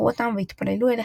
כלומר,